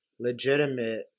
Legitimate